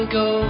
go